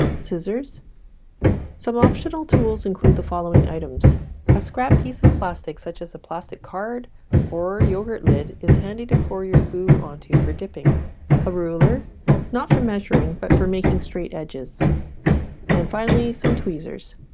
scissors some optional tools include the following items a scrap piece of plastic such as a plastic card or yogurt lid is handy to pour your glue onto for dipping a ruler not for measuring but for making straight edges and finally some tweezers